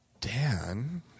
Dan